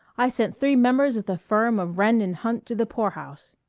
i sent three members of the firm of wrenn and hunt to the poorhouse.